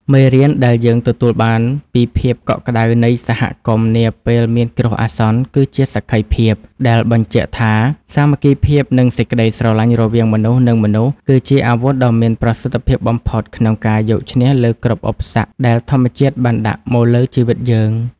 មេរៀនដែលយើងទទួលបានពីភាពកក់ក្ដៅនៃសហគមន៍នាពេលមានគ្រោះអាសន្ន គឺជាសក្ខីភាពដែលបញ្ជាក់ថា សាមគ្គីភាព និងសេចក្តីស្រឡាញ់រវាងមនុស្ស និងមនុស្ស គឺជាអាវុធដ៏មានប្រសិទ្ធភាពបំផុតក្នុងការយកឈ្នះលើគ្រប់ឧបសគ្គដែលធម្មជាតិបានដាក់មកលើជីវិតយើង។